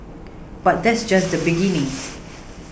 but that's just the beginning